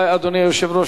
אדוני היושב-ראש,